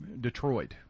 detroit